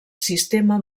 sistema